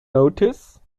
notice